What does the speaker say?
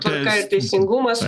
tvarka ir teisingumas